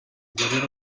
guerriero